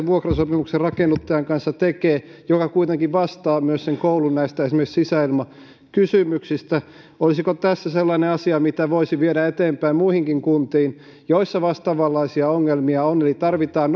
vuokrasopimuksen rakennuttajan kanssa joka kuitenkin vastaa myös esimerkiksi näistä koulun sisäilmakysymyksistä olisiko tässä sellainen asia mitä voisi viedä eteenpäin muihinkin kuntiin joissa on vastaavanlaisia ongelmia eli tarvitaan